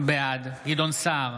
בעד גדעון סער,